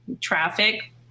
Traffic